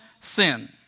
sin